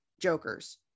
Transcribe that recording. Jokers